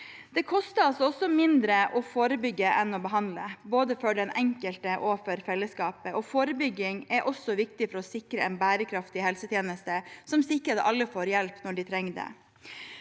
Det koster oss også mindre å forebygge enn å behandle, både for den enkelte og for fellesskapet. Forebygging er også viktig for å sikre en bærekraftig helsetjeneste som sikrer at alle får hjelp når de trenger det.